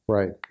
Right